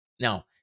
Now